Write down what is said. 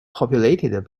populated